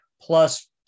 plus